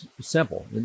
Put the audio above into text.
simple